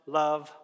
love